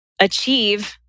achieve